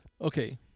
Okay